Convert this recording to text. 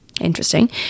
Interesting